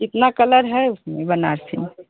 कितने कलर हैं उसमें बनारसी में